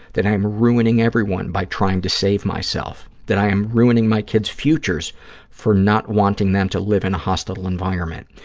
that i am ruining everyone by trying to save myself, that i am ruining my kids' futures for not wanting them to live in a hostile environment,